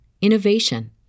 innovation